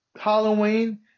Halloween